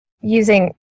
using